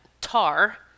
tar